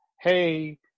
hey